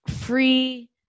free